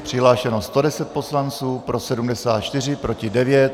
Přihlášeno 110 poslanců, pro 74, proti 9.